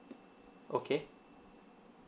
okay